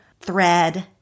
thread